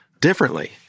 differently